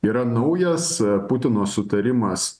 yra naujas putino sutarimas